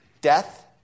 death